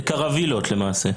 זה קרווילות למעשה.